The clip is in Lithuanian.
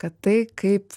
kad tai kaip